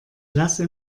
lasse